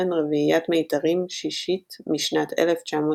וכן רביעיית מיתרים שישית משנת 1939.